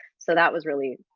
so that was really,